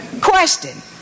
Question